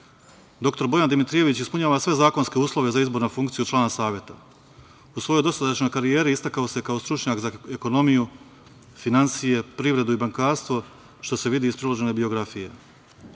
Bojan Dimitrijević ispunjava sve zakonske uslove za izbor na funkciju člana Fiskalnog saveta. U svojoj dosadašnjoj karijeri istakao se kao stručnjak za ekonomiju, finansije i bankarstvo, što se vidi iz priložene biografije. Nadam